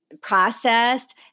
processed